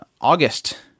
August